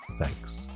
Thanks